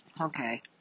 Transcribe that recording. Okay